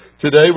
Today